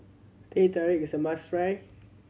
Teh Tarik is a must try